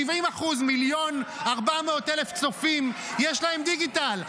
ל-70%, ל-1.4 מיליון צופים יש דיגיטל.